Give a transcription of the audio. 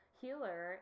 healer